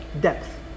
depth